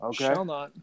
okay